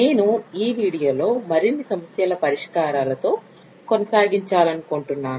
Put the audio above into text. నేను ఈ వీడియోలో మరిన్ని సమస్యల పరిష్కారాల తో కొనసాగించాలనుకుంటున్నాను